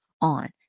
on